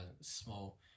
small